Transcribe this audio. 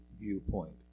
viewpoint